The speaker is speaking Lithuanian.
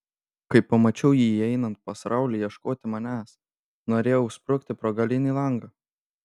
kai pamačiau jį įeinantį pas raulį ieškoti manęs norėjau sprukti pro galinį langą